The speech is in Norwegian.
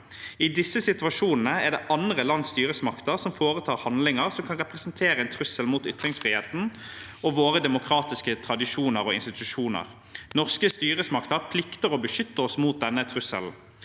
I disse situasjonene er det andre lands styresmakter som foretar handlinger som kan representere en trussel mot ytringsfriheten og våre demokratiske tradisjoner og institusjoner. Norske styresmakter plikter å beskytte oss mot denne trusselen.»